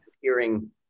Hearing